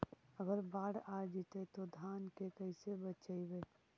अगर बाढ़ आ जितै तो धान के कैसे बचइबै?